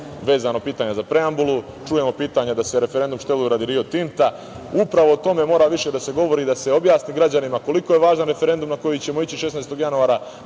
vezano pitanje za preambulu. Čujemo pitanje da se referendum šteluje radi Rio Tinta. Upravo o tome mora više da se govori i da se objasni građanima koliko je važan referendum na koji ćemo ići 16. januara,